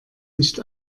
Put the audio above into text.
nicht